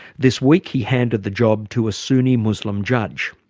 this week he handed the job to a sunni muslim judge.